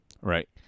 Right